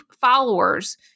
followers